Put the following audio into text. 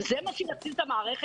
זה מה שיציל את המערכת,